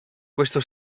questo